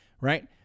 right